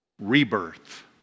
rebirth